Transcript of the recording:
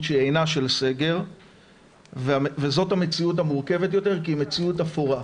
שאינה של סגר וזאת המציאות המורכבת יותר כי היא מציאות אפורה,